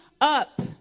up